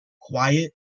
quiet